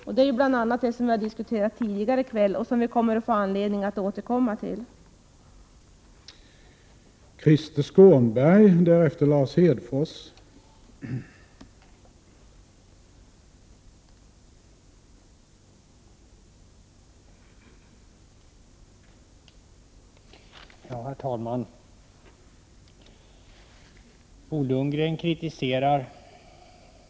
Detta har vi bl.a. diskuterat tidigare i kväll, och vi kommer att få anledning att återkomma till detta.